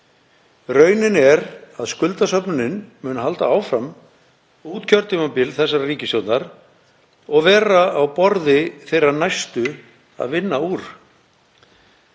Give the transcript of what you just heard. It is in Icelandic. Raunin er að skuldasöfnunin mun halda áfram út kjörtímabil þessarar ríkisstjórnar og vera á borði þeirra næstu að vinna úr.